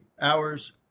hours